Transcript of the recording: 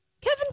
Kevin